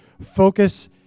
focus